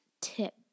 tip